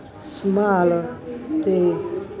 ਸੰਭਾਲ ਅਤੇ